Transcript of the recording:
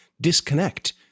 disconnect